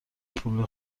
پول